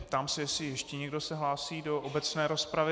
Ptám se, jestli se ještě někdo hlásí do obecné rozpravy.